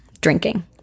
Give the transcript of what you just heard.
drinking